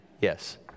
yes